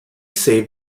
saved